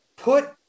put